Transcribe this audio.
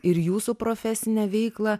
ir jūsų profesinę veiklą